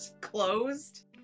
closed